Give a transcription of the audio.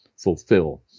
fulfill